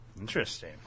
Interesting